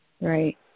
right